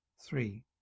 Three